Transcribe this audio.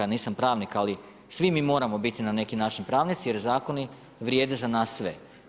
Nisam pravnik ali svi mi moramo biti na neki način pravnici jer zakoni vrijede za nas sve.